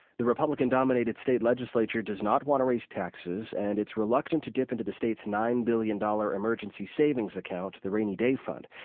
the republican-dominated state legislature does not want to raise taxes and it's reluctant dip into the state's nine billion dollars emergency savings account, the rainy day fund.